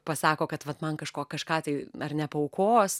pasako kad vat man kažko kažką tai ar ne paaukos